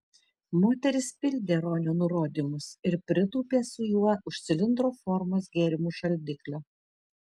moteris pildė ronio nurodymus ir pritūpė su juo už cilindro formos gėrimų šaldiklio